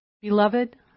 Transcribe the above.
Beloved